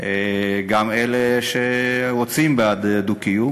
גם אלה שרוצים בדו-קיום.